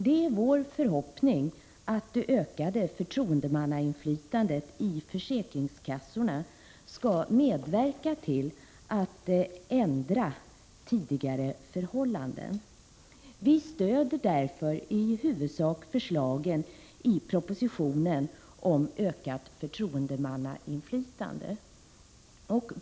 Det är vår förhoppning att det ökade förtroendemannainflytandet i försäkringskassorna skall medverka till att ändra tidigare förhållanden. Vi stöder i huvudsak förslagen i propositionen om ökat förtroendemannainflytande.